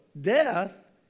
death